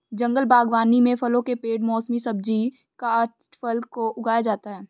जंगल बागवानी में फलों के पेड़ मौसमी सब्जी काष्ठफल को उगाया जाता है